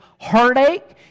heartache